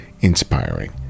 inspiring